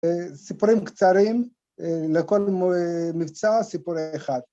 ‫סיפורים קצרים לכל מבצע, סיפור אחד.